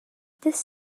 this